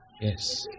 Yes